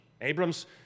Abram's